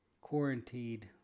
quarantined